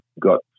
got